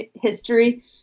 history